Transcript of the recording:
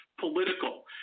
political